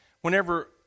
Whenever